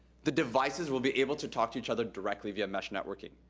the devices will be able to talk to each other directly via mesh networking.